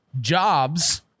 jobs